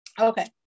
Okay